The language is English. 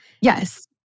Yes